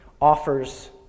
offers